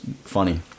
funny